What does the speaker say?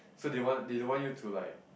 so they want they don't you to like